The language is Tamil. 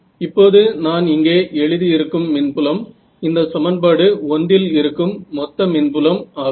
இப்போது நான் இங்கே எழுதி இருக்கும் மின்புலம் இந்த சமன்பாடு 1 இல் இருக்கும் மொத்த மின்புலம் ஆகும்